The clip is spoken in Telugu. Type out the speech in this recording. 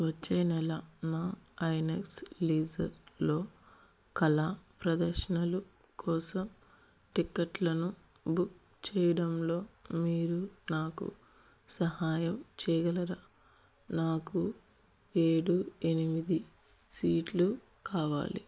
వచ్చేనెల నా ఐనక్స్ లీజర్లో కళా ప్రదర్శనలు కోసం టిక్కెట్లను బుక్ చేయడంలో మీరు నాకు సహాయం చేయగలరా నాకు ఏడు ఎనిమిది సీట్లు కావాలి